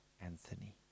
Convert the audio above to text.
Anthony